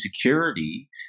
security